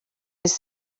his